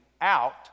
out